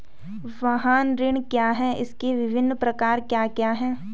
वाहन ऋण क्या है इसके विभिन्न प्रकार क्या क्या हैं?